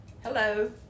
Hello